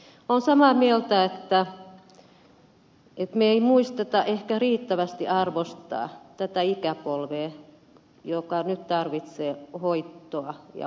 olen samaa mieltä että me emme muista ehkä riittävästi arvostaa tätä ikäpolvea joka nyt tarvitsee hoitoa ja huolta